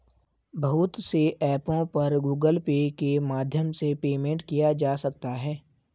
बहुत से ऐपों पर गूगल पे के माध्यम से पेमेंट किया जा सकता है